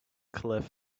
cliff